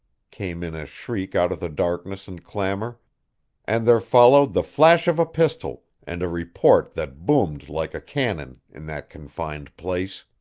came in a shriek out of the darkness and clamor and there followed the flash of a pistol and a report that boomed like a cannon in that confined place.